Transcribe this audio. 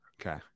Okay